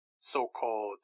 so-called